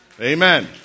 Amen